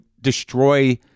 destroy